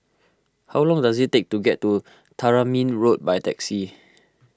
how long does it take to get to Tamarind Road by taxi